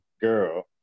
girl